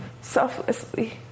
selflessly